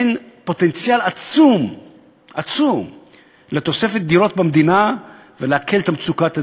הן פוטנציאל עצום לתוספת דירות במדינה כדי להקל את מצוקת הדיור.